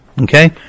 Okay